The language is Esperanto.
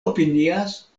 opinias